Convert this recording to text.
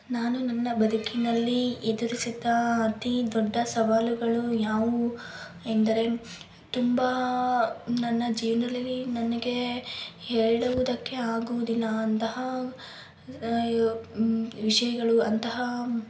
ನಾನು ನನ್ನ ಬದುಕಿನಲ್ಲಿ ಎದುರಿಸಿದ್ದ ಅತೀ ದೊಡ್ಡ ಸವಾಲುಗಳು ಯಾವುವು ಎಂದರೆ ತುಂಬ ನನ್ನ ಜೀವ್ನ್ದಲ್ಲಿ ನನಗೆ ಹೇಳುವುದಕ್ಕೆ ಆಗುವುದಿಲ್ಲ ಅಂತಹ ವಿಷಯಗಳು ಅಂತಹ